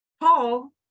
Paul